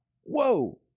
Whoa